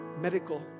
medical